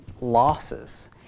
losses